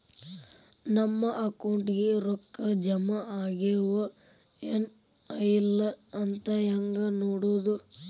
ನಮ್ಮ ಅಕೌಂಟಿಗೆ ರೊಕ್ಕ ಜಮಾ ಆಗ್ಯಾವ ಏನ್ ಇಲ್ಲ ಅಂತ ಹೆಂಗ್ ನೋಡೋದು?